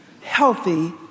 healthy